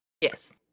Yes